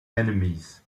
enemies